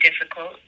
difficult